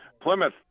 Plymouth